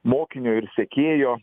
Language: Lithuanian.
mokinio ir sekėjo